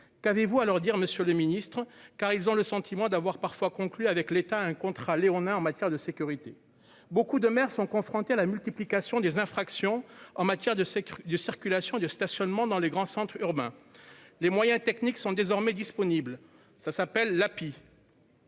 qu'avez-vous à leur dire, monsieur le Ministre, car ils ont le sentiment d'avoir parfois conclu avec l'État un contrat léonin, en matière de sécurité, beaucoup de maires sont confrontés à la multiplication des infractions en matière de sécurité, de circulation, de stationnement dans les grands centres urbains, les moyens techniques sont désormais disponibles, ça s'appelle la.